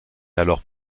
alors